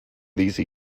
these